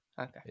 Okay